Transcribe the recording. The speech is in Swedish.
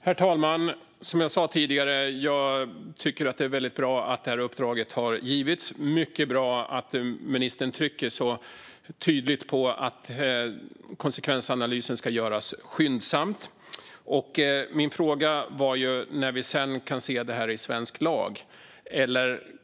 Herr talman! Som jag sa tidigare tycker jag att det är väldigt bra att det här uppdraget har givits. Det är mycket bra att ministern trycker så tydligt på att konsekvensanalysen ska göras skyndsamt. Min fråga var ju när vi kan se det här i svensk lag.